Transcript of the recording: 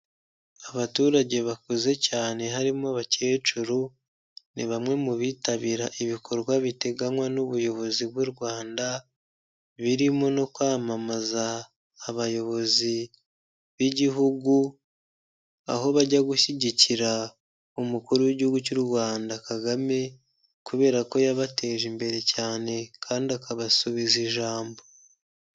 Abaturage bakuze cyane harimo abakecuru ni bamwe mu bitabira ibikorwa biteganywa n'ubuyobozi bw'u Rwanda birimo no kwamamaza abayobozi b'igihugu aho bajya gushyigikira umukuru w'igihugu cy'u Rwanda Kagame kubera ko yabateje imbere cyane kandi akabasubiza ijambo.